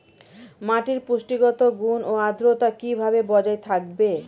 মাটির পুষ্টিগত গুণ ও আদ্রতা কিভাবে বজায় থাকবে?